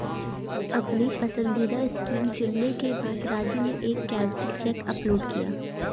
अपनी पसंदीदा स्कीम चुनने के बाद राजू ने एक कैंसिल चेक अपलोड किया